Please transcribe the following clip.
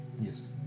Yes